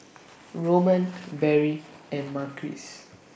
Roman Berry and Marquise